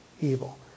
evil